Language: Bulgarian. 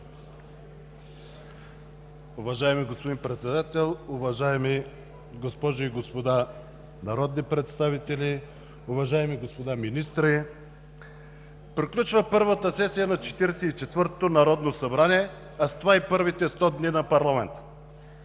Уважаеми господин Председател, уважаеми госпожи и господа народни представители, уважаеми господа министри! Приключва първата сесия на Четиридесет и четвъртото народно събрание, а с това и първите 100 дни на парламента.